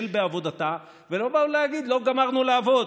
בעבודתה ולבוא ולהגיד: לא גמרנו לעבוד,